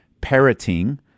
parroting